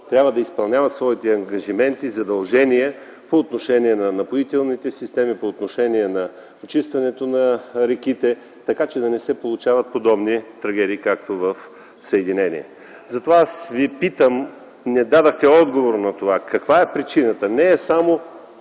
трябва да изпълняват своите ангажименти и задължения по отношение на напоителните системи, по отношение на почистването на реките, така че да не се получават подобни трагедии, както в гр. Съединение. Затова аз Ви питам, понеже не дадохте отговор на това, каква е причината? Не е само